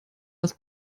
das